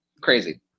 Crazy